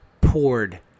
poured